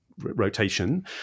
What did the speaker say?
rotation